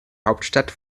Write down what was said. hauptstadt